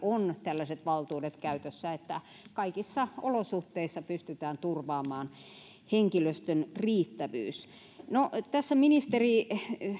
on tällaiset valtuudet käytössä että kaikissa olosuhteissa pystytään turvaamaan henkilöstön riittävyys no tässä ministeri